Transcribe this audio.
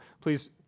please